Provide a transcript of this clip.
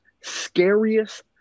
scariest